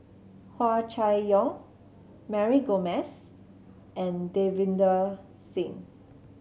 Hua Chai Yong Mary Gomes and Davinder Singh